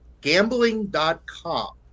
Gambling.com